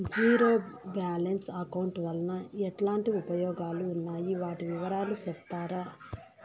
Zero balance account వలన ఎట్లాంటి ఉపయోగాలు ఉన్నాయి? వాటి వివరాలు సెప్తారా?